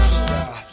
stop